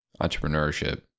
entrepreneurship